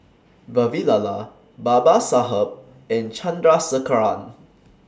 Vavilala Babasaheb and Chandrasekaran